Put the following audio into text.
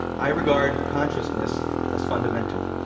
i regard consciousness as fundamental.